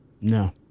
No